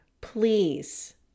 please